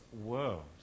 world